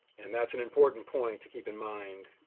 and that's an important point to keep in mind,